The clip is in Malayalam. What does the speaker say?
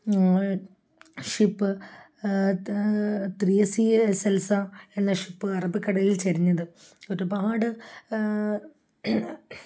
ship three C A S Elsa എന്ന ഷിപ്പ് അറബിക്കടലിൽ ചെരിഞ്ഞത് ഒരുപാട്